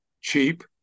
cheap